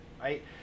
right